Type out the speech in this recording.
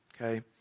Okay